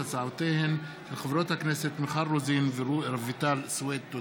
ההצעה להעביר לוועדה